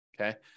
okay